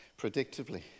predictably